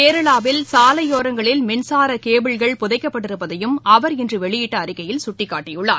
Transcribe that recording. கேரளாவில் சாலையோரங்களில் மின்சார கேபிள்கள் புதைக்கப்பட்டிருப்பதையும் அவர் இன்று வெளியிட்ட அறிக்கையில் சுட்டிக்காட்டியுள்ளார்